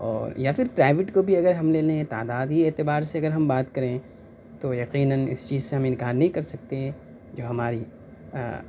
اور یا پھر پرائیویٹ کو بھی اگر ہم لے لیں تعدادی اعتبار سے اگر ہم بات کریں تو یقیناً اس چیز سے ہم انکار نہیں کر سکتے جو ہماری